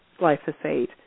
glyphosate